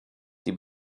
die